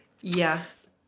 Yes